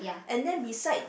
and then beside